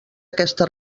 aquesta